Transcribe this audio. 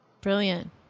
Brilliant